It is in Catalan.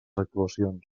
actuacions